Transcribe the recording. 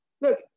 look